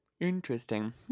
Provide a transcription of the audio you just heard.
Interesting